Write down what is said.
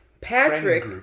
Patrick